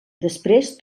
després